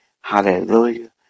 Hallelujah